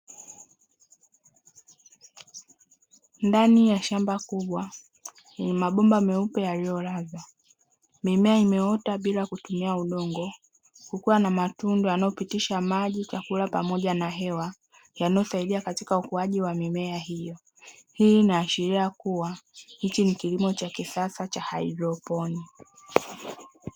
Ndani ya shamba kubwa lenye mabomba meupe yaliyolazwa. Mimea imeota bila kutumia udongo kukiwa na matundu yanayopitisha maji, chakula pamoja na hewa yanayosaidia katika ukuaji wa mimea hiyo. Hii inaashiria kuwa hichi ni kilimo cha kisasa cha haidroponia.